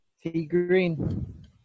T-Green